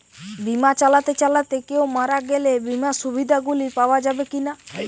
বিমা চালাতে চালাতে কেও মারা গেলে বিমার সুবিধা গুলি পাওয়া যাবে কি না?